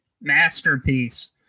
masterpiece